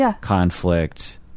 conflict